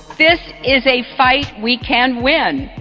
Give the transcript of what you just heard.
this is a fight we can win.